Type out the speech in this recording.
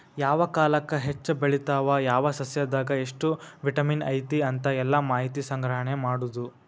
ಯಾವ ಕಾಲಕ್ಕ ಹೆಚ್ಚ ಬೆಳಿತಾವ ಯಾವ ಸಸ್ಯದಾಗ ಎಷ್ಟ ವಿಟಮಿನ್ ಐತಿ ಅಂತ ಎಲ್ಲಾ ಮಾಹಿತಿ ಸಂಗ್ರಹಣೆ ಮಾಡುದು